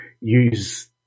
use